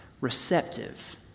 receptive